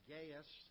Gaius